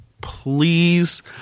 Please